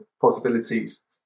possibilities